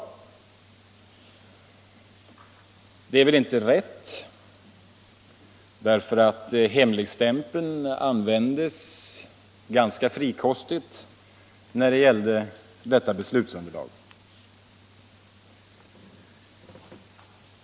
Men detta är väl inte riktigt, eftersom hemligstämpeln användes ganska flitigt när det gällde detta beslutsunderlag.